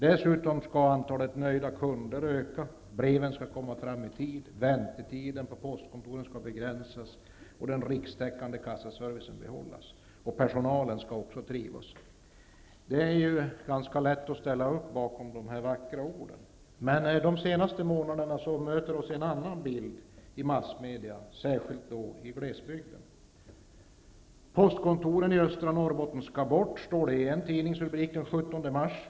Dessutom skall antalet nöjda kunder öka och breven skall komma fram i tid. Väntetiderna på postkontoren skall begränsas, den rikstäckande kassaservicen skall behållas och personalen skall trivas. Det är ju ganska lätt att ställa upp bakom de här vackra orden. Under de senaste månaderna har vi emellertid mötts av en annan bild i massmedia, särskilt i glesbygden. Postkontoren i östra Norrbotten skall bort, står det i en tidningsrubrik den 17 mars.